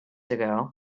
ago